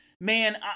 Man